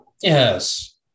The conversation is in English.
Yes